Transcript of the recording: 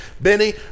Benny